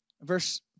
verse